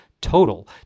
total